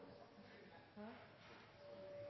er